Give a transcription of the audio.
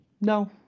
No